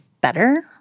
better